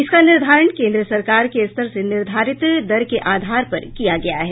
इसका निर्धारण केन्द्र सरकार के स्तर से निर्धारित दर के आधार पर किया गया है